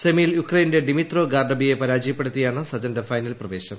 സെമിയിൽ യുക്രെയ്നിന്റെ ഡിമിത്രോ ഗാർഡബിയെ പരാജയപ്പെടുത്തിയാണ് സജന്റെ ഫൈനൽ പ്രവേശം